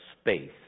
space